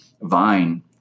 Vine